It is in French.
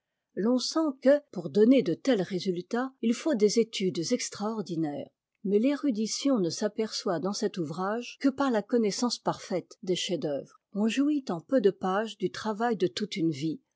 l'on sent que pour donner de tels résultats il faut des études extraordinaires mais l'érudition ne s'aperçoit dans cet ouvrage que par la connaissance parfaite des chefsd'oeuvre on jouit en peu de pages du travail de toute une vie